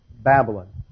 Babylon